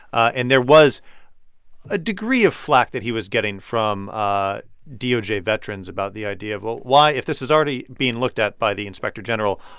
and there was a degree of flack that he was getting from ah doj veterans about the idea of, well, why if this is already being looked at by the inspector general,